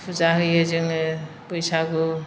फुजा होयो जोंङो बैसागु